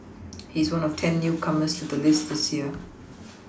he is one of ten newcomers to the list this year